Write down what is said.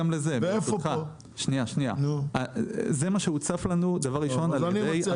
זה מה שהוצף לנו על-ידי הסוכנות לעסקים קטנים.